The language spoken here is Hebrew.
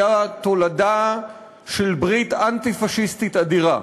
היה תולדה של ברית אנטי-פאשיסטית אדירה.